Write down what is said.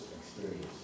experience